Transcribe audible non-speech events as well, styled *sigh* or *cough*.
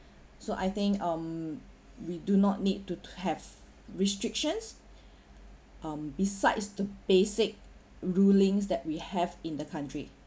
*breath* so I think um we do not need to to have restrictions *breath* um besides the basic rulings that we have in the country